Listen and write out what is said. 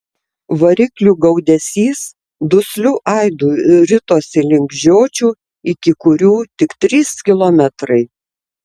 variklių gaudesys dusliu aidu ritosi link žiočių iki kurių tik trys kilometrai